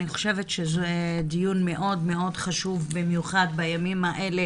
אני חושבת שזה דיון מאוד מאוד חשוב במיוחד בימים האלה